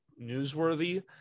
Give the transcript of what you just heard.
newsworthy